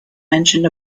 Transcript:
mentioned